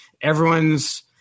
everyone's